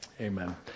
Amen